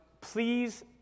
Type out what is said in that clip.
please